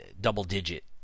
double-digit